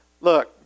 Look